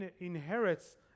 inherits